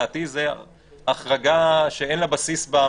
לדעתי זו החרגה שאין לה בסיס בחקיקה.